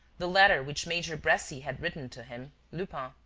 the letter which major bressy had written to him, lupin,